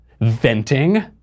venting